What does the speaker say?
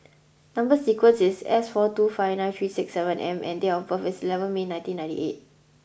number sequence is S four two five nine three six seven M and date of birth is eleven May nineteen ninety eight